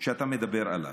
שאתה מדבר עליו.